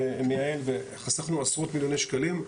חסכנו עשרות מיליוני שקלים,